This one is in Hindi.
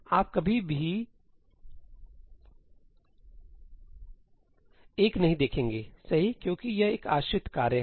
आप कभी भी 1 नहीं देखेंगेसही क्योंकि यह एक आश्रित कार्य है